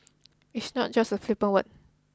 it's not just a flippant word